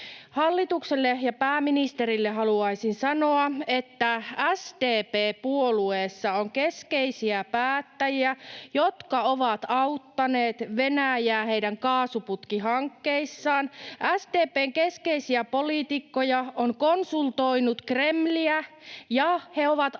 Hallitukselle ja pääministerille haluaisin sanoa, että SDP-puolueessa on keskeisiä päättäjiä, jotka ovat auttaneet Venäjää heidän kaasuputkihankkeissaan. SDP:n keskeisiä poliitikkoja on konsultoinut Kremliä, ja he ovat aiheuttaneet